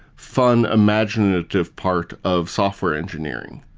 fun, imaginative part of software engineering.